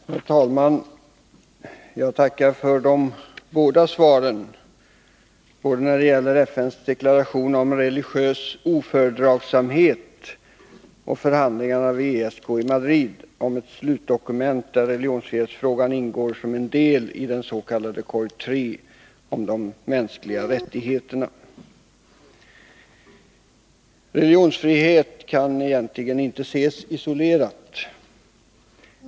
Herr talman! Jag tackar för de båda svaren, både när det gäller FN:s deklaration om religiös ofördragsamhet och när det gäller förhandlingarna vid ESK i Madrid om ett slutdokument, där religionsfrihetsfrågan ingår som en del i den s.k. korg III om de mänskliga rättigheterna. Religionsfrihet kan inte ses isolerad.